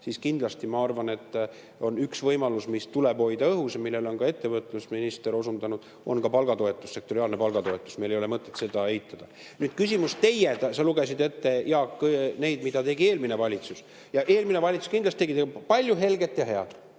siis kindlasti ma arvan, et üks võimalus, mis tuleb hoida õhus ja millele on ettevõtlusminister ka osundanud, on palgatoetus, sektoriaalne palgatoetus. Meil ei ole mõtet seda eitada. Nüüd sinu küsimus. Sa lugesid ette, Jaak, mida tegi eelmine valitsus. Eelmine valitsus kindlasti tegi palju helget ja head.